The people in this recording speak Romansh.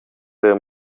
per